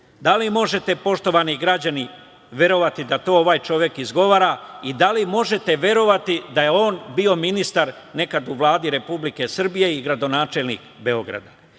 Da li možete poštovani građani verovati da to ovaj čovek izgovara i da li možete verovati da je on bio ministar nekada u Vladi Republike Srbije i gradonačelnik